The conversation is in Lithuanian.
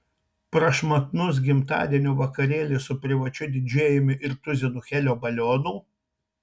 prašmatnus gimtadienio vakarėlis su privačiu didžėjumi ir tuzinu helio balionų